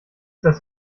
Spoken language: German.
das